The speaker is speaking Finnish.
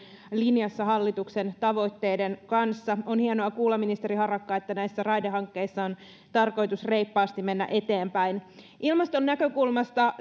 linjassa hallituksen tavoitteiden kanssa on hienoa kuulla ministeri harakka että näissä raidehankkeissa on tarkoitus reippaasti mennä eteenpäin ilmaston näkökulmasta